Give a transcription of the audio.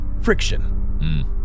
friction